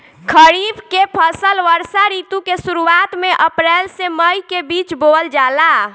खरीफ के फसल वर्षा ऋतु के शुरुआत में अप्रैल से मई के बीच बोअल जाला